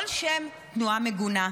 כל שם, תנועה מגונה.